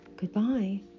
Goodbye